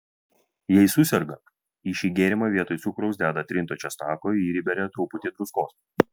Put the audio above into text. jei suserga į šį gėrimą vietoj cukraus deda trinto česnako ir beria truputį druskos